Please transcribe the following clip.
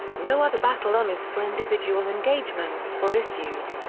no other battle honours for individual engagements were issued.